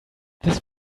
this